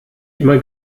immer